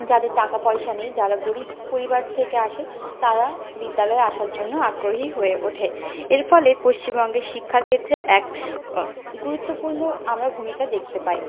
যাদের টাকা পয়সা নেই যারা গরিব পরিবার থেকে আসে তারা বিদ্যালয়ে আসার জন্য আগ্রহী হয়ে ওঠে এর ফলে পশ্চিমবঙ্গে শিক্ষার ক্ষেত্রে এক গুরুত্বপূর্ণ আমরা ভূমিকা দেখতে পাই